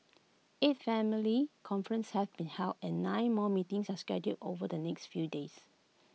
eight family conferences have been held and nine more meetings are scheduled over the next few days